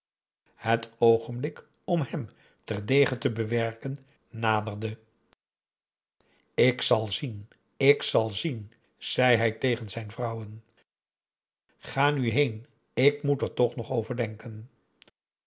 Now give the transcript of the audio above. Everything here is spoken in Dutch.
het oogenblik om hem terdege te bewerken naderde aum k zal zien ik zal zien zei hij tegen zijn vrouwen ga nu heen ik moet er toch nog